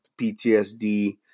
PTSD